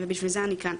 ובשביל זה אני כאן.